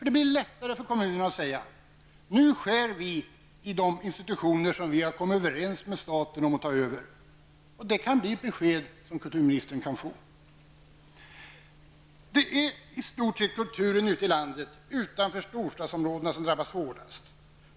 Det blir lättare för kommunerna att säga: Nu skär också vi i de institutioner som vi har kommit överens med staten om att ta över. Det kan bli beskedet till kulturministern. Det är i stort sett kulturen ute i landet utanför storstadsområdena som drabbas hårdast.